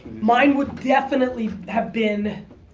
mine would definitely have been,